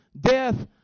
death